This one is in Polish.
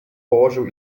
położył